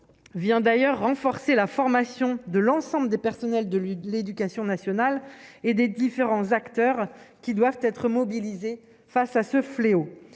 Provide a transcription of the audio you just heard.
vient d'ailleurs renforcer la formation de l'ensemble des personnels de l'Éducation nationale et des différents acteurs qui doivent être mobilisées face à ce fléau,